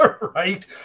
right